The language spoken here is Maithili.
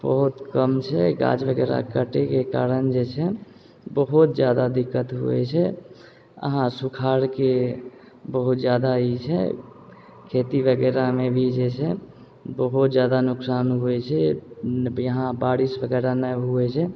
बहुत कम छै गाछ वगैरह कटैके कारण जे छै बहुत जादा दिक्कत होइ छै अहाँ सुखाड़के बहुत जादा ई छै खेती वगैरहमे भी जे छै बहुत जादा नोकसान होइ छै मतलब यहाँ बारिश वगैरह नहि हुए छै